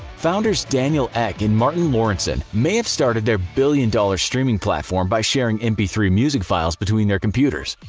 founders daniel ek and martin lorentzon may have started their billion dollar streaming platform by sharing m p three music files between their computers,